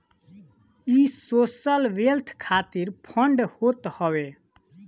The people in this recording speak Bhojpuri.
इ सोशल वेल्थ खातिर फंड होत हवे